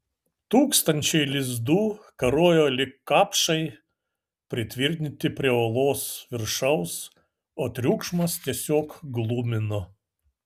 tūkstančiai lizdų karojo lyg kapšai pritvirtinti prie olos viršaus o triukšmas tiesiog glumino